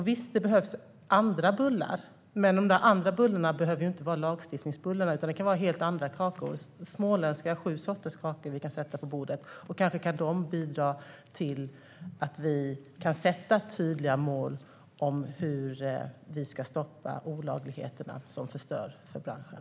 Visst behövs andra bullar, men de andra bullarna behöver inte vara lagstiftningsbullar, utan det kan vara helt andra kakor, till exempel sju sorters småländska kakor, som vi kan sätta på bordet. Kanske de kan bidra till att vi kan sätta upp tydliga mål om hur vi ska stoppa olagligheterna som förstör för branschen.